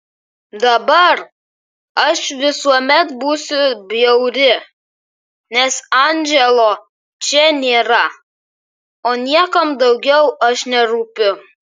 dabar aš visuomet būsiu bjauri nes andželo čia nėra o niekam daugiau aš nerūpiu